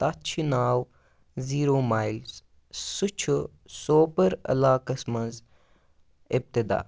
تَتھ چھِ ناو زیٖرو مایلٕز سُہ چھُ سوپَر علاقَس منٛز اِبتدا